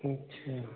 अच्छा